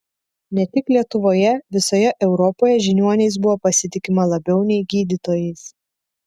ne tik lietuvoje visoje europoje žiniuoniais buvo pasitikima labiau nei gydytojais